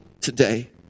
today